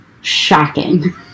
Shocking